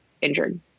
injured